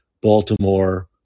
Baltimore